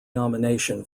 nomination